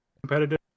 competitive